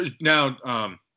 now